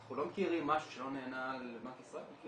אנחנו לא מכירים משהו שלא נענה לבנק ישראל.